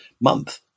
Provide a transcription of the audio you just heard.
month